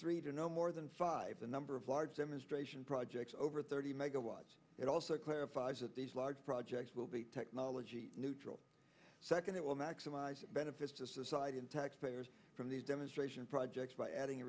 three to no more than five the number of large demonstration projects over thirty megawatts it also clarifies that these large projects will be technology neutral second it will maximize benefits to society and taxpayers from these demonstration projects by adding